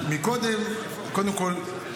קודם כול,